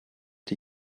die